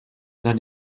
dan